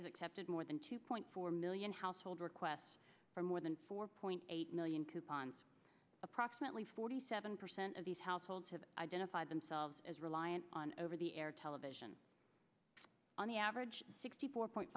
has accepted more than two point four million household requests for more than four point eight million coupons approximately forty seven percent of these households have identified themselves as reliant on over the air television on the average sixty four point